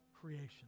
creation